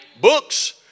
Books